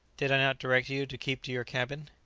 did i not direct you to keep to your cabin?